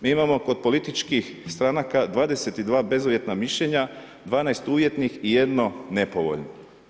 Mi imamo kod političkih stranaka 22 bezuvjetna mišljenja, 12 uvjetnih i 1 nepovoljno.